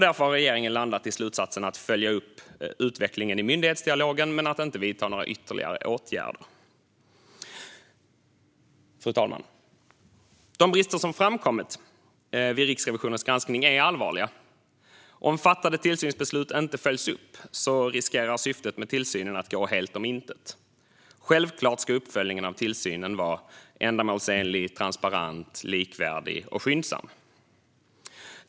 Därför har regeringen landat i slutsatsen att man ska följa upp utvecklingen i myndighetsdialogen men inte vidta några ytterligare åtgärder. Fru talman! De brister som framkommit vid Riksrevisionens granskning är allvarliga. Om fattade tillsynsbeslut inte följs upp riskerar syftet med tillsynen att gå helt om intet. Självklart ska uppföljningen av tillsynen vara ändamålsenlig, transparent, likvärdig och skyndsam.